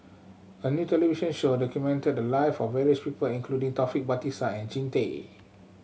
a new television show documented the live of various people including Taufik Batisah and Jean Tay